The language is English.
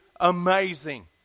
amazing